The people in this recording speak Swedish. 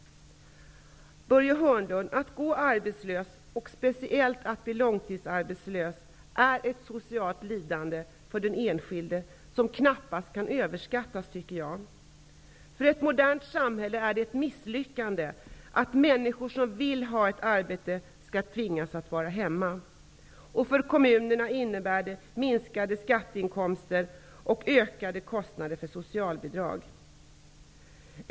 Börje Hörnlund, att gå arbetslös, speciellt långtidsarbetslös, är för den enskilde ett socialt lidande som knappast kan överskattas. För ett modernt samhälle är det ett misslyckande att människor som vill ha ett arbete skall tvingas att vara hemma. För kommunerna innebär det minskade skatteinkomster och ökade kostnader för socialbidrag.